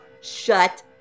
shut